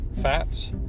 fats